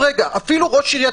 אפילו ראש עיריית